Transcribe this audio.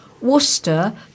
Worcester